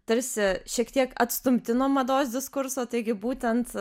tarsi šiek tiek atstumti nuo mados diskurso taigi būtent